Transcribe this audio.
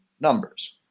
numbers